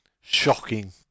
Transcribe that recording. Shocking